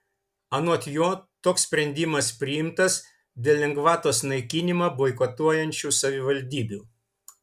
anot jo toks sprendimas priimtas dėl lengvatos naikinimą boikotuojančių savivaldybių